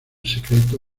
secreto